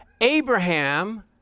Abraham